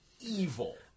evil